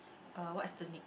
uh what's the name